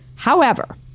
however,